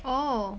oh